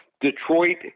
Detroit